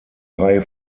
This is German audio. reihe